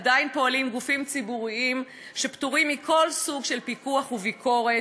עדיין פועלים גופים ציבוריים שפטורים מכל סוג של פיקוח וביקורת,